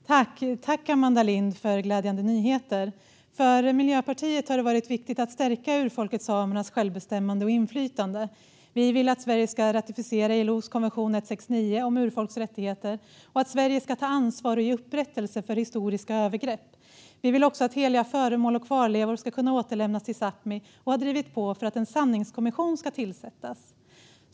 Fru talman! Tack, Amanda Lind, för glädjande nyheter! För Miljöpartiet har det varit viktigt att stärka urfolket samernas självbestämmande och inflytande. Vi vill att Sverige ska ratificera ILO:s konvention 169 om urfolks rättigheter och att Sverige ska ta ansvar och ge upprättelse för historiska övergrepp. Vi vill också att heliga föremål och kvarlevor ska kunna återlämnas till Sápmi och har drivit på för att en sanningskommission ska tillsättas.